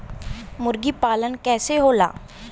मुर्गी पालन कैसे होला?